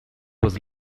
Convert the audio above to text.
was